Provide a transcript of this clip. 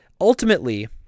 ultimately